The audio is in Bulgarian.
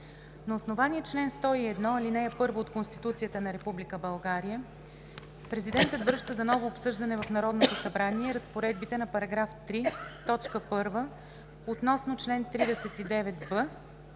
На основание чл. 101, ал. 1 от Конституцията на Република България Президентът връща за ново обсъждане в Народното събрание разпоредбите на § 3, т. 1 относно чл. 39б,